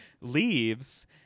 leaves